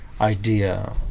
idea